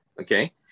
okay